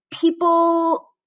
people